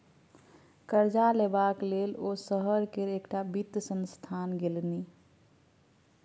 करजा लेबाक लेल ओ शहर केर एकटा वित्त संस्थान गेलनि